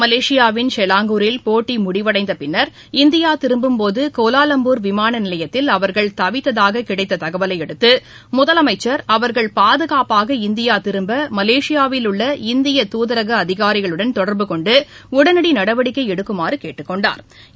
மலேசியாவின் ஷெலாங்கூரில் போட்டி முடிவடைந்த பின்னர் இந்தியா திரும்பும்போது கோலாலம்பூர் விமான நிலையத்தில் அவர்கள் தவித்ததாகக் கிடைத்த தகவலை அடுத்து முதலமைச்சர் அவர்கள் பாதகாப்பாக இந்தியா திரும்புவதற்கு மலேசியாவில் உள்ள இந்திய துதரக அதிகாரிகளுடன் தொடர்பு கொண்டு உடனடி நடவடிக்கை எடுக்குமாறு கேட்டுக் கொண்டாா்